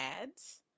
ads